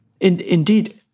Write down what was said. Indeed